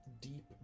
deep